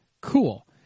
cool